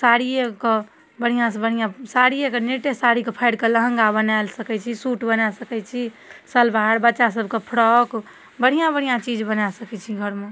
साड़िएके बढ़िआँसँ बढ़िआँ साड़िएके नेटे साड़ीके फाड़िकऽ लहँगा बना सकै छी सूट बना सकै छी सलवार बच्चासभके फ्रॉक बढ़िआँ बढ़िआँ चीज बना सकै छी घरमे